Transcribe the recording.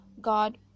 God